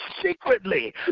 secretly